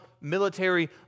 military